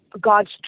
God's